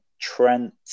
Trent